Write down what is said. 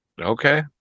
Okay